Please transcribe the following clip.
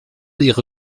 ihre